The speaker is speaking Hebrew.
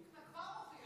אתה כבר מוכיח,